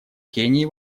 кении